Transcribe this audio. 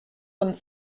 vingt